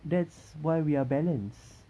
that's why we are balanced